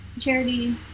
Charity